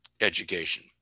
education